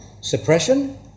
suppression